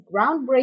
groundbreaking